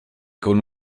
con